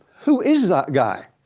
who is that guy?